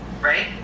right